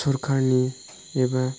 सरखारनि एबा